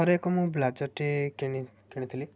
ଥରେ ଏକ ମୁଁ ବ୍ଲେଜର୍ଟେ କିଣିଥିଲି